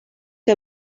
que